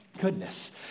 Goodness